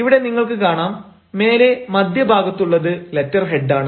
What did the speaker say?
ഇവിടെ നിങ്ങൾക്ക് കാണാം മേലെ മധ്യഭാഗത്തുള്ളത് ലെറ്റർ ഹെഡാണ്